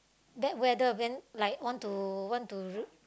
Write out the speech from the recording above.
then whether then like want to want to rule